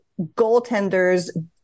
goaltenders